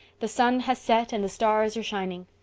the sun has set and the stars are shining.